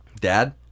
Dad